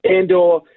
Andor